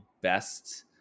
best